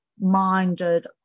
minded